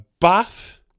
bath